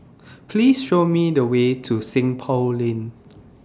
Please Show Me The Way to Seng Poh Lane